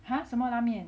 !huh! 什么拉面